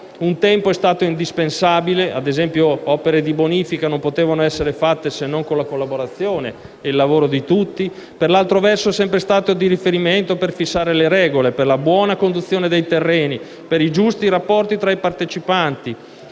un tempo indispensabile (ad esempio le opere di bonifica non potevano essere fatte se non con la collaborazione e il lavoro di tutti), per altro verso è sempre stato di riferimento per fissare le regole per la buona conduzione dei terreni, per i giusti rapporti tra i partecipanti